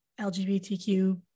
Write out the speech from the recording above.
LGBTQ